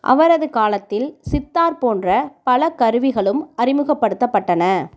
அவரது காலத்தில் சித்தார் போன்ற பல கருவிகளும் அறிமுகப்படுத்தப்பட்டன